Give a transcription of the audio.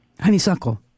Honeysuckle